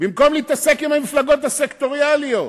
במקום להתעסק עם המפלגות הסקטוריאליות.